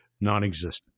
non-existent